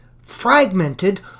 fragmented